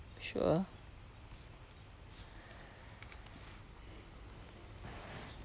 sure